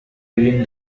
within